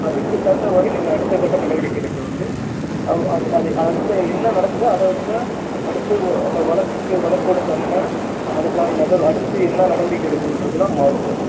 அதுக்குத் தகுந்தவாறு நீங்கள் அடுத்தக்கட்ட நடவடிக்கைளுக்கு வந்து அவு அது அது அடுத்து என்ன நடக்குதோ அதை வச்சி தான் அடுத்து வ அந்த வழக்குக்கு வழக்கோட தன்மை அதுக்கான நகர் அடுத்து என்ன நடவடிக்கை எடுக்கணுன்றதுலாம் மாறும் சார்